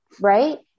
Right